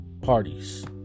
parties